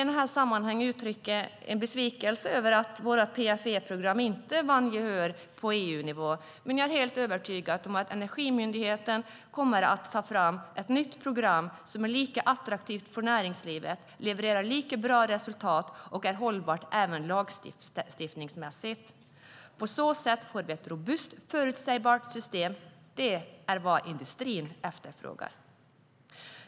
I det här sammanhanget vill jag uttrycka en besvikelse över att våra PFE-program inte vann gehör på EU-nivå, men jag är helt övertygad om att Energimyndigheten kommer att ta fram ett nytt program som är lika attraktivt för näringslivet, levererar lika bra resultat och är hållbart även lagstiftningsmässigt. På så sätt får vi ett robust och förutsägbart system. Det är vad industrin efterfrågar.